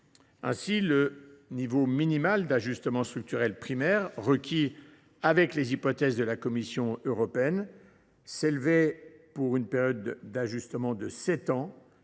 Ainsi, le niveau minimal d’ajustement structurel primaire requis selon les hypothèses de la Commission européenne s’élevait, pour une période d’ajustement de sept ans,